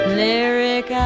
lyric